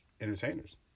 entertainers